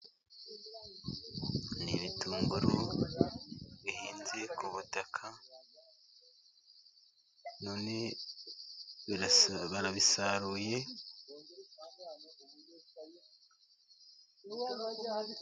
Ibitunguru bihinze ku butaka, none barabisaruye...